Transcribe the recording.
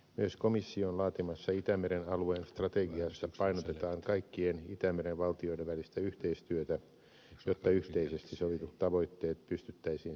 myös komission laatimassa itämeren alueen strategiassa painotetaan kaikkien itämeren valtioiden välistä yhteistyötä jotta yhteisesti sovitut tavoitteet pystyttäisiin saavuttamaan